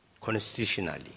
constitutionally